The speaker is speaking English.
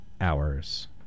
hours